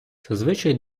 зазвичай